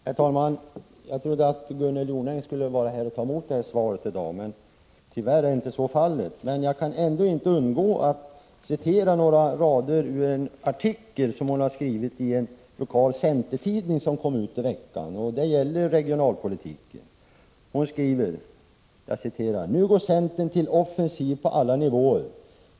Herr talman! Jag trodde att Gunnel Jonäng skulle vara här och ta emot detta svar i dag, men tyvärr är så inte fallet. Jag kan ändå inte undgå att citera några rader ur en artikel, som hon har skrivit i en lokal centertidning som kom ut i veckan, och det gäller regionalpolitiken. Hon skriver: ”Nu går Centern till offensiv på alla nivåer.